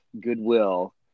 Goodwill